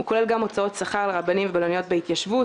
והוא כולל גם הוצאות שכר לרבנים ובלניות בהתיישבות,